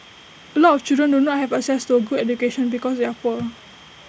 A lot of children do not have access to A good education because they are poor